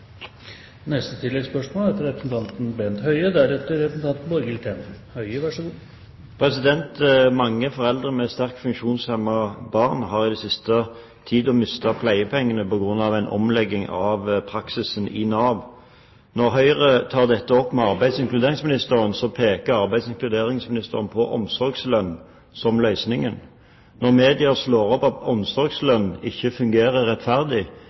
Bent Høie – til oppfølgingsspørsmål. Mange foreldre med sterkt funksjonshemmede barn har den siste tiden mistet pleiepengene på grunn av omlegging av praksisen i Nav. Når Høyre tar dette opp med arbeids- og inkluderingsministeren, peker arbeids- og inkluderingsministeren på omsorgslønn som løsningen. Når media slår opp at omsorgslønn ikke fungerer rettferdig,